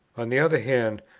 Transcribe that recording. on the other hand,